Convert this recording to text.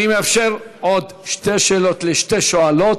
אני מאפשר עוד שתי שאלות לשתי שואלות: